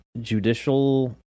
judicial